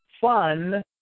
fun